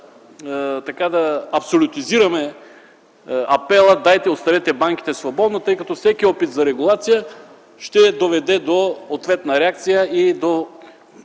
бива да абсолютизираме апела „оставете банките свободно”, тъй като всеки опит за регулация ще доведе до ответна реакция, до